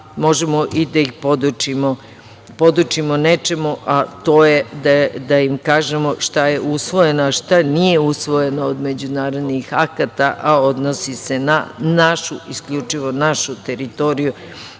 možemo i da ih podučimo nečemu, a to je da im kažemo šta je usvojeno, a šta nije usvojeno od međunarodnih akata a odnosi se na našu, isključivo našu teritoriju